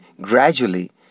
gradually